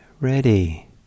ready